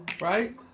Right